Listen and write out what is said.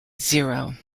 zero